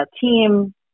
team